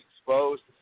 exposed